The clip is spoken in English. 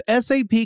SAP